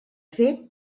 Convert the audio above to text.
fet